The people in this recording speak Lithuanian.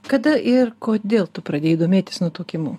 kada ir kodėl tu pradėjai domėtis nutukimu